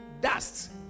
dust